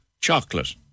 chocolate